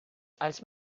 als